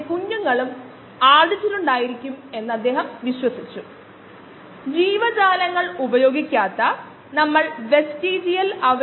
303kd ഒരു problem നൽകിയിരുന്നു practice problem 1